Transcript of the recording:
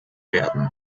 werden